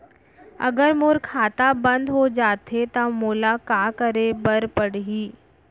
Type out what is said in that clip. अगर मोर खाता बन्द हो जाथे त मोला का करे बार पड़हि?